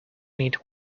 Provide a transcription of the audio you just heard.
neat